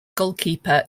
goalkeeper